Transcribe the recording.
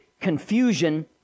confusion